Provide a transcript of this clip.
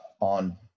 on